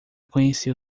conhecer